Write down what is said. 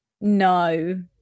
no